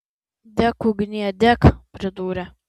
dek ugnie dek pridūrė